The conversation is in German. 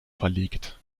verlegt